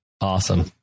Awesome